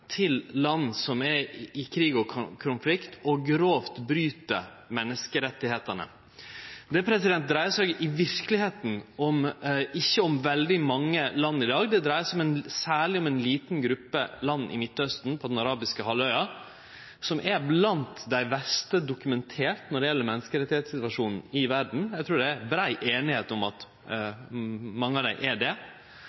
til land som er i krig og konflikt, og som grovt bryt menneskerettane. Det dreier seg i verkelegheita ikkje om veldig mange land i dag. Det dreier seg særleg om ei lita gruppe land i Midtausten, på den arabiske halvøya, som er blant dei dokumentert verste når det gjeld menneskerettssituasjonen i verda – eg trur at det er brei einigheit om at